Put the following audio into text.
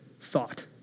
thought